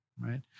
right